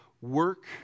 work